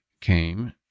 came